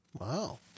Wow